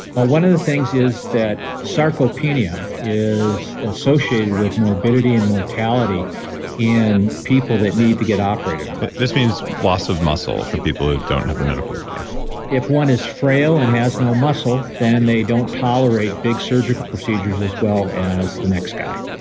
well, one of the things is that sarcopenia is associated with morbidity and mortality in people that need to get operated on this means loss of muscle for people who don't have a medical work yeah if one is frail and has no muscle, then they don't tolerate big surgical procedures as well as the next guy